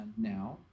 now